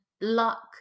luck